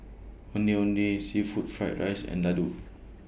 Ondeh Ondeh Seafood Fried Rice and Laddu